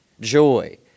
joy